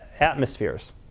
atmospheres